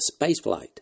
spaceflight